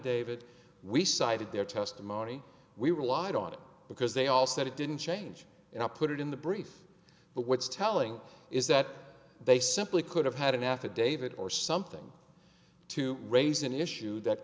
davit we cited their testimony we relied on it because they all said it didn't change and i put it in the brief but what's telling is that they simply could have had an affidavit or something to raise an issue that